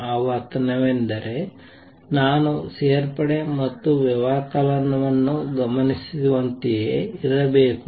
ಆವರ್ತನವೆಂದರೆ ನಾನು ಸೇರ್ಪಡೆ ಮತ್ತು ವ್ಯವಕಲನವನ್ನು ಗಮನಿಸುವಂತೆಯೇ ಇರಬೇಕು